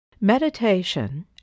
Meditation